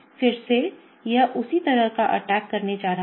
फिर से यह उसी तरह का अटैक करने जा रहा है